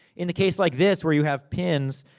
in the case like this, where you have pins,